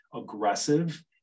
aggressive